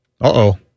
uh-oh